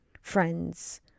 friends